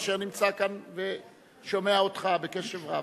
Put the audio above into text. אשר נמצא כאן ושומע אותך בקשב רב.